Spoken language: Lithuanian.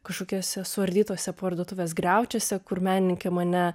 kažkokiuose suardytuose parduotuvės griaučiuose kur menininkė mane